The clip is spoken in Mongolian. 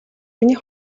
миний